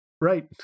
right